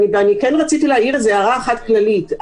רציתי להעיר הערה אחת כללית.